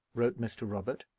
wrote mr. robert,